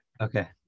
Okay